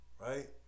right